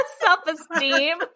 self-esteem